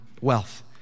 wealth